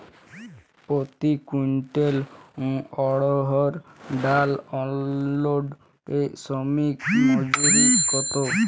প্রতি কুইন্টল অড়হর ডাল আনলোডে শ্রমিক মজুরি কত?